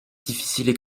difficiles